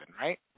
right